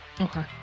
Okay